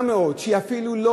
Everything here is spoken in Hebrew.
מול קבוצה קטנה מאוד,